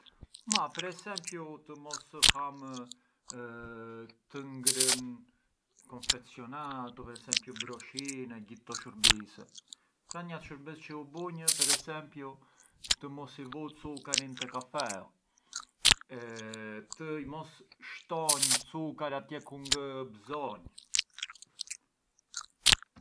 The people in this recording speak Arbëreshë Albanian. Ma per esempiu të mos ham të ngrënë confezionatu, per esempiu broshine, e gjithë këto shurbise, pran njatr shurbes çë u bunj ë per esempiu të mos i vu cukarin te kafeu, të mos shtonj cukar atje ku ngë ë mbzonjë.